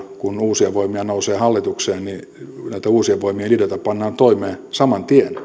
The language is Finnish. kun uusia voimia nousee hallitukseen niin näitä uusien voimien ideoita pannaan toimeen saman tien